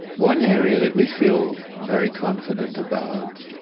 one area that we feel very confident about,